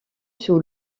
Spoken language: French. sous